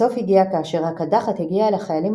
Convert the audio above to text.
הסוף הגיע כאשר הקדחת הגיעה אל החיילים